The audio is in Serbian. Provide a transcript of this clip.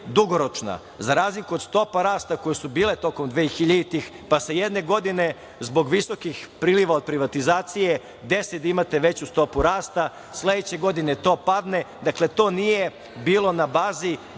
dugoročna, za razliku od stopa rasta koje su bile tokom dvehiljaditih, pa se jedne godine zbog visokih priliva od privatizacije desi da imate veću stopu rasta, sledeće godine to padne. Dakle, to nije bilo na bazi